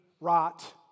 rot